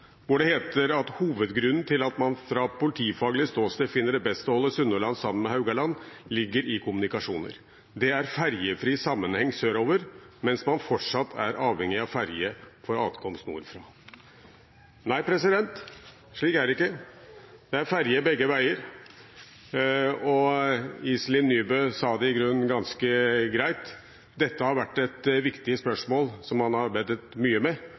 hvor det heter at hovedgrunnen til at man fra politifaglig ståsted finner det best å holde Sunnhordland sammen med Haugaland, ligger i kommunikasjoner. Det er ferjefri sammenheng sørover, mens man fortsatt er avhengig av ferje for adkomst nordfra. – Nei, slik er det ikke. Det er ferje begge veier. Iselin Nybø sa det i grunnen ganske greit: Dette har vært et viktig spørsmål som man har arbeidet mye med,